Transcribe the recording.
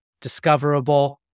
discoverable